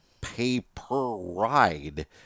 pay-per-ride